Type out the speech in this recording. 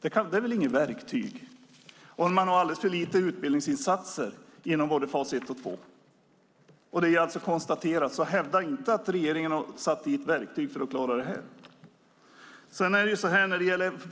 Det är väl inget verktyg? Man har alldeles för lite utbildningsinsatser inom både fas 1 och 2. Det är konstaterat, så hävda inte att regeringen har satt dit verktyg för att klara det här!